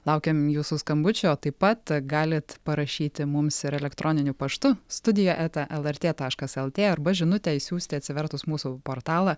laukiam jūsų skambučio o taip pat galit parašyti mums ir elektroniniu paštu studija eta lrt taškas lt arba žinutę išsiųsti atsivertus mūsų portalą